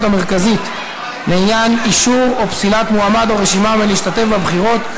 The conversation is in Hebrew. המרכזית לעניין אישור או פסילת מועמד או רשימה מלהשתתף בבחירות),